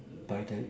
by that